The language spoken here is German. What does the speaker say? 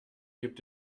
gibt